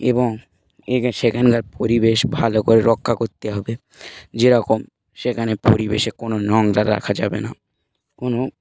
এবং এ সেখানকার পরিবেশ ভালো করে রক্ষা করতে হবে যেরকম সেখানে পরিবেশে কোনো নোংরা রাখা যাবে না কোনো